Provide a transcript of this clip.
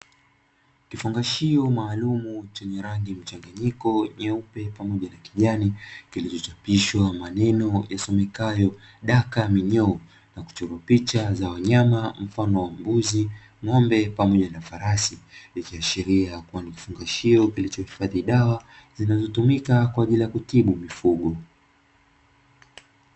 Kifungashio maalumu chenye rangi mchanganyiko nyeupe pamoja na kijani, kilichochapishwa maneno yasomekayo “daka minyoo” na kuchorwa picha za wanyama mfano wa mbuzi, ng’ombe, pamoja na farasi, ikiashiria ni kifungashio kilichohifadhi dawa zinazotumika kwa ajili ya kutibu mifugo.